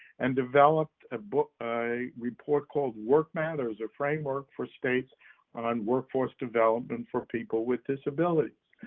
and developed ah but a report called work matters, a framework for states on workforce development for people with disabilities.